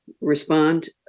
respond